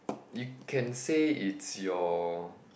you can say it's your